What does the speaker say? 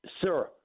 sir